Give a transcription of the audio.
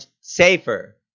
safer